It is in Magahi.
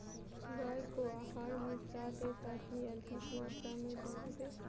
गाय को आहार में क्या दे ताकि अधिक मात्रा मे दूध दे?